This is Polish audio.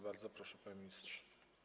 Bardzo proszę, panie ministrze.